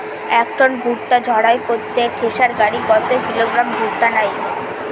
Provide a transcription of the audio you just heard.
এক টন ভুট্টা ঝাড়াই করতে থেসার গাড়ী কত কিলোগ্রাম ভুট্টা নেয়?